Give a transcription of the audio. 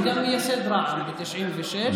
וגם מייסד רע"מ ב-1996,